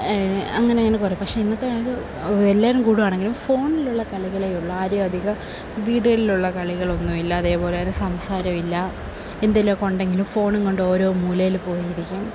അങ്ങനെ ഇങ്ങനെ കുറെ പക്ഷേ ഇന്നത്തെ കാലത്ത് എല്ലാവരും കൂടുകയാണെങ്കിലും ഫോണിലുള്ള കളികളേയുള്ളൂ ആരുമധികം വീടുകളിലുള്ള കളികളൊന്നുമില്ല അതേപോലെത്തന്നെ സംസാരമില്ല എന്തെങ്കിലുമൊക്കെ ഉണ്ടെങ്കിലും ഫോണും കൊണ്ടൊരോ മൂലയിൽ പോയിരിക്കും